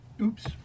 Oops